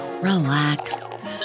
relax